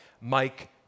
Mike